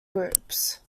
groups